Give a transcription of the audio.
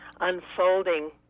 unfolding